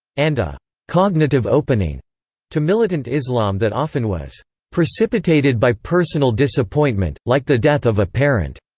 and a cognitive opening to militant islam that often was precipitated by personal disappointment, like the death of a parent.